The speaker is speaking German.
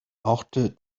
brauchte